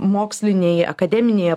mokslinėj akademinėje